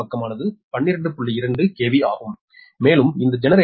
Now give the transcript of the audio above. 2 KV ஆகும் மேலும் இந்த ஜெனரேட்டரும் 12